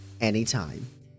anytime